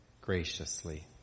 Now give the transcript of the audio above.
graciously